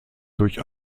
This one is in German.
durch